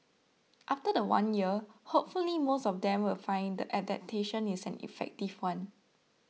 after the one year hopefully most of them will find the adaptation is an effective one